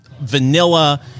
vanilla